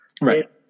Right